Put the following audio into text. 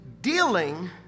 Dealing